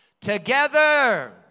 Together